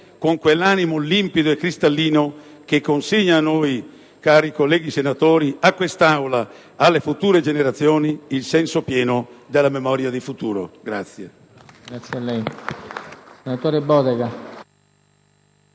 con quell'animo limpido e cristallino che consegna a noi, colleghi senatori, a quest'Aula, alle future generazioni, il senso pieno della memoria di futuro.